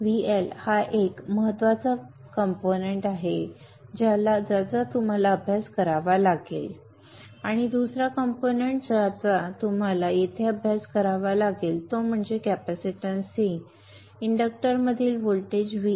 VL हा एक महत्त्वाचा कंपोनेंट्स आहे ज्याचा तुम्हाला अभ्यास करावा लागेल आणि दुसरा कंपोनेंट्स ज्याचा तुम्हाला येथे अभ्यास करावा लागेल तो म्हणजे कॅपेसिटन्स C इंडक्टरमधील व्होल्टेज VL